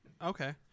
Okay